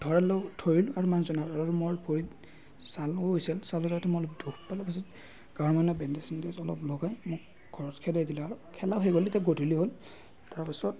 ধৰালো ধৰিলোঁ আৰু মানুহজনৰ মোৰ ভৰিত ছালো গৈছিল ছাল যোৱাত মই অলপ দুখ পালোঁ পাছত গাঁৱৰ মানুহে বেণ্ডেজ চেণ্ডেজ অলপ লগাই মোক ঘৰত খেদাই দিলে আৰু খেলা হৈ গ'ল তেতিয়া গধূলি হ'ল তাৰপাছত